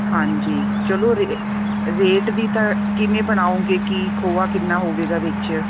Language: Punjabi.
ਹਾਂਜੀ ਚਲੋ ਰੇਟ ਦੀ ਤਾਂ ਕਿਵੇਂ ਬਣਾਓਗੇ ਕੀ ਖੋਆ ਕਿੰਨਾ ਹੋਵੇਗਾ ਵਿੱਚ